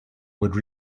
would